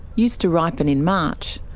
used to ripen in march.